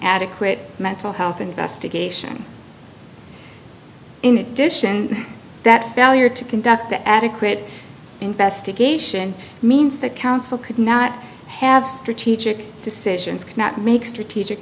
adequate mental health investigation in addition that failure to conduct the adequate investigation means that counsel could not have strategic decisions cannot make strategic